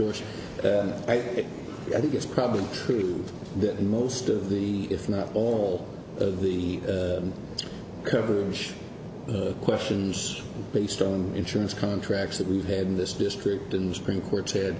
bush i think it's probably true that most of the if not all of the coverage questions based on insurance contracts that we've had in this district in the supreme court said